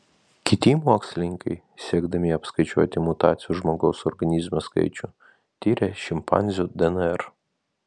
kiti mokslininkai siekdami apskaičiuoti mutacijų žmogaus organizme skaičių tyrė šimpanzių dnr